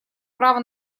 право